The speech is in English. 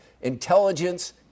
intelligence